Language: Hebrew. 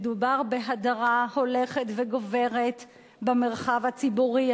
מדובר בהדרה הולכת וגוברת במרחב הציבורי,